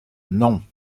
non